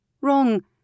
Wrong